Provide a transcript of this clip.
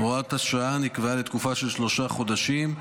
הוראת השעה נקבעה לתקופה של שלושה חודשים,